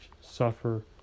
suffer